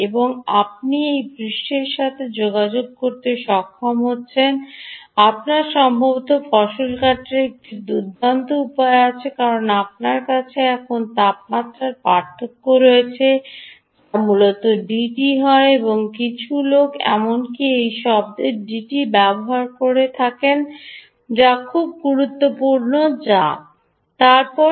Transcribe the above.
এবং আপনি এই পৃষ্ঠের সাথে যোগাযোগ রাখতে সক্ষম হচ্ছেন আপনার সম্ভবত ফসল কাটার একটি দুর্দান্ত উপায় আছে কারণ আপনার কাছে এখন তাপমাত্রার পার্থক্য রয়েছে যা মূলত DT হয় কিছু লোক এমনকি এই শব্দটি DT ব্যবহার করেন যা একটি খুব গুরুত্বপূর্ণ যা তারপর